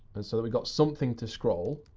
and so that we've got something to scroll.